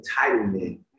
entitlement